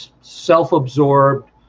self-absorbed